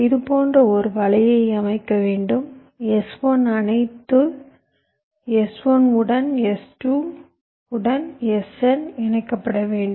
இது போன்ற ஒரு வலையை அமைக்க வேண்டும் S1 அனைத்து S1 உடன் S2 உடன் Sn இணைக்கப்பட வேண்டும்